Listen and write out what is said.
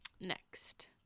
Next